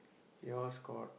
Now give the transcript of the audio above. yours got